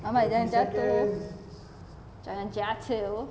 ahmad jangan jatuh jangan jatuh